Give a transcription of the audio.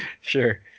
Sure